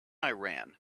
iran